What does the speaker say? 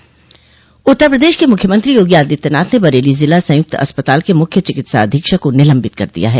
उत्तर प्रदेश के मुख्यमंत्री योगी आदित्यनाथ ने बरेली जिला संयुक्त अस्पताल के मुख्य चिकित्सा अधीक्षक को निलंबित कर दिया है